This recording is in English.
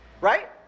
right